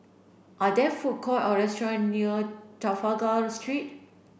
are there food court or restaurant near Trafalgar Street